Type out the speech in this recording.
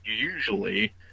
usually